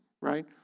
right